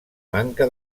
manca